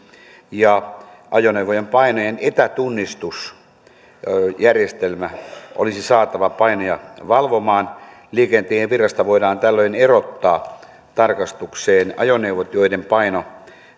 ja ajoneuvojen painojen etätunnistusjärjestelmä olisi saatava painoja valvomaan liikenteen virrasta voidaan tällöin erottaa tarkastukseen ajoneuvot joiden paino